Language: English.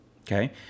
Okay